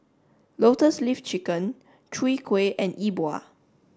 Lotus Leaf Chicken Chwee Kueh and E Bua